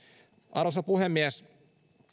arvoisa puhemies